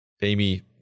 amy